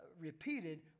repeated